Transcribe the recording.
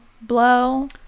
blow